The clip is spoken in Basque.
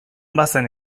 bazen